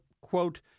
Quote